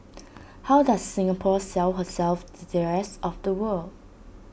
how does Singapore sell herself to the rest of the world